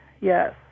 yes